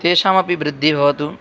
तेषामपि वृद्धिः भवतु